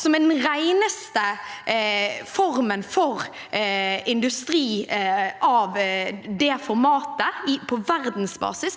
som er den reneste formen for industri av det formatet på verdensbasis,